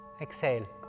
exhale